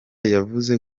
yavuze